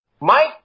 Mike